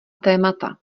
témata